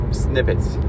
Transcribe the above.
snippets